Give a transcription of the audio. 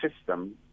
system